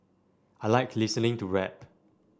I like listening to rap